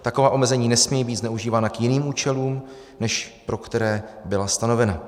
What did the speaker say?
Taková omezení nesmějí být zneužívána k jiným účelům, než pro které byla stanovena.